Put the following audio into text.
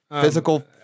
Physical